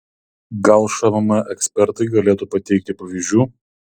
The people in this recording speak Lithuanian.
gal šmm ekspertai galėtų pateikti pavyzdžių